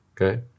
okay